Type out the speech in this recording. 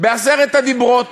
בעשרת הדיברות,